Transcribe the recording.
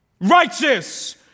righteous